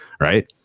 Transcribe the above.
Right